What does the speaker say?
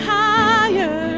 higher